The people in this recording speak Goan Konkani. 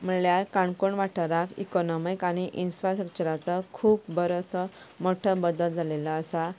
म्हणल्यार काणकोण वाठारांत इकॉनॉमीक आनी इन्फ्रास्ट्रक्चराचो खूब बरोसो मोठो बद्दल जाल्लो आसा